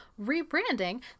rebranding